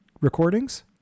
recordings